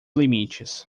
limites